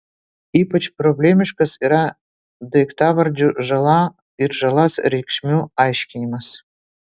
ypač problemiškas yra daiktavardžių žala ir žalas reikšmių aiškinimas